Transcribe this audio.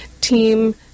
team